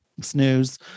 snooze